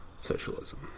socialism